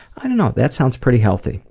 i don't know, that sounds pretty healthy.